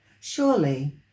Surely